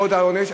העונש,